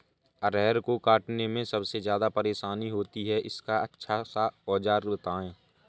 अरहर को काटने में सबसे ज्यादा परेशानी होती है इसका अच्छा सा औजार बताएं?